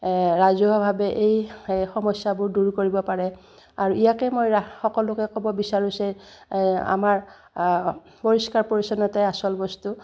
ৰাজহুৱাভাৱে এই সমস্যাবোৰ দূৰ কৰিব পাৰে আৰু ইয়াকে মই সকলোকে ক'ব বিচাৰোঁ যে আমাৰ পৰিষ্কাৰ পৰিচ্ছন্নতাই আচল বস্তু